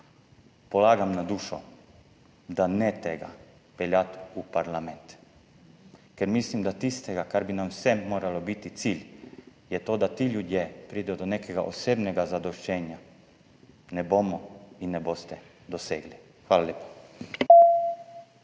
verjamete, da ne tega pripeljati v parlament, ker mislim, da tistega, kar bi nam vsem moral biti cilj, in to je, da ti ljudje pridejo do nekega osebnega zadoščenja, ne bomo in ne boste dosegli. Hvala lepa.